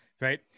right